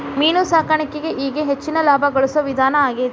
main ಸಾಕಾಣಿಕೆ ಈಗೇಗ ಹೆಚ್ಚಿನ ಲಾಭಾ ಗಳಸು ವಿಧಾನಾ ಆಗೆತಿ